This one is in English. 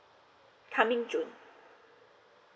coming june